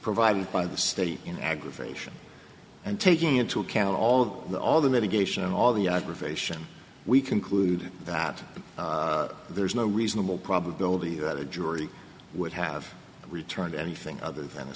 provided by the state in aggravation and taking into account all of the all the mitigation and all the aggravation we conclude that there is no reasonable probability that a jury would have returned anything other than